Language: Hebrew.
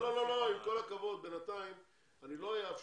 לא, לא, לא, עם כל הכבוד, בינתיים אני לא אאפשר